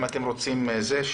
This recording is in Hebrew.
אם אתם רוצים זה,